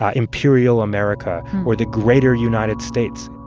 ah imperial america or the greater united states.